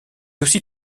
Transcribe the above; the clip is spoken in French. aussi